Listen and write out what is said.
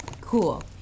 cool